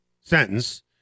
sentence